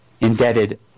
indebted